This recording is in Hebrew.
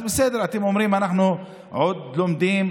אז בסדר, אתם אומרים: אנחנו עוד לומדים,